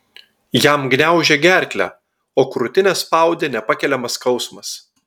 jam gniaužė gerklę o krūtinę spaudė nepakeliamas skausmas